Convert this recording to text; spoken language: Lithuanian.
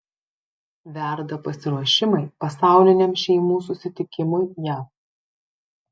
verda pasiruošimai pasauliniam šeimų susitikimui jav